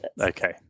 okay